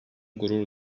gurur